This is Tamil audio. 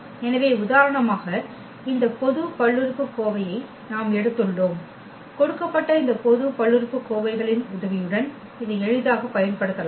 எனவே உதாரணமாக இந்த பொதுப் பல்லுறுப்புக்கோவையை நாம் எடுத்துள்ளோம் கொடுக்கப்பட்ட இந்த பல்லுறுப்புக்கோவைகளின் உதவியுடன் இதை எளிதாகப் பயன்படுத்தலாம்